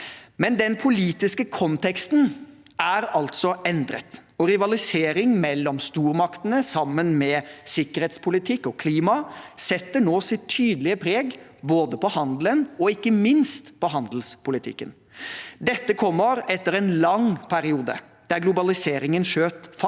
handelspolitiske redegjørelse 713 endret, og rivalisering mellom stormaktene, sammen med sikkerhetspolitikk og klima, setter nå sitt tydelige preg både på handelen og ikke minst på handelspolitikken. Dette kommer etter en lang periode der globaliseringen skjøt fart